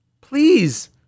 Please